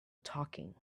talking